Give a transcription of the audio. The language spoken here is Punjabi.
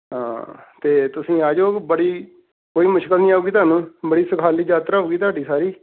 ਹਾਂ ਅਤੇ ਤੁਸੀਂ ਆ ਜਾਉ ਬੜੀ ਕੋਈ ਮੁਸ਼ਕਿਲ ਨਹੀਂ ਆਊਗੀ ਤੁਹਾਨੂੰ ਬੜੀ ਸੁਖਾਲੀ ਯਾਤਰਾ ਹੋਏਗੀ ਤੁਹਾਡੀ ਸਾਰੀ